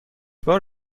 بار